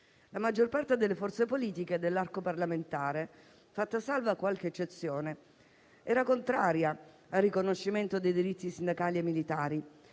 La maggior parte delle forze politiche dell'arco parlamentare, fatta salva qualche eccezione, era contraria al riconoscimento dei diritti sindacali ai militari,